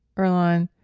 earlonne,